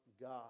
God